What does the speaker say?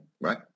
right